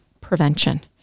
prevention